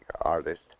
artist